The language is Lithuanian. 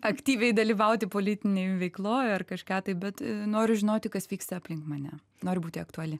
aktyviai dalyvauti politinėj veikloj ar kažką tai bet noriu žinoti kas vyksta aplink mane noriu būti aktuali